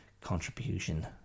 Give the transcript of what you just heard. contribution